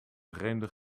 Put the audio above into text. vreemde